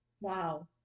Wow